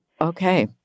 Okay